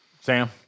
sam